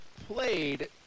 played